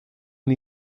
und